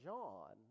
John